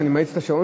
שאני מאיץ את השעון,